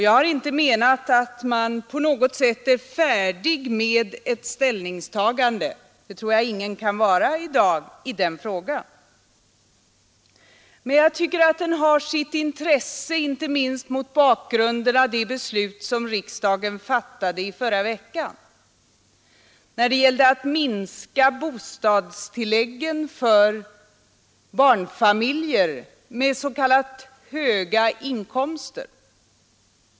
Jag har inte menat att man på något sätt är färdig med ett ställningstagande — det tror jag ingen kan vara i dag i den frågan. Men jag tycker att den har sitt intresse inte minst mot bakgrunden av det beslut som riksdagen fattade i förra veckan när det gällde att minska bostadstilläggen för barnfamiljer med s.k. höga inkomster.